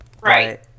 right